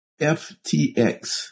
FTX